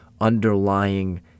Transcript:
underlying